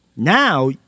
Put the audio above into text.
Now